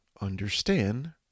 understand